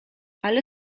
ale